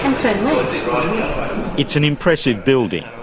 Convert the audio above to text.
and so it's an impressive building,